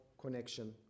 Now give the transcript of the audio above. connection